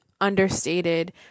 understated